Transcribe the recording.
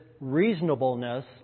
reasonableness